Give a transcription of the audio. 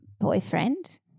boyfriend